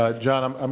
ah jon. um um